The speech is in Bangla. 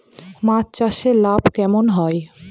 মাছ চাষে লাভ কেমন হয়?